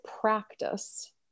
practice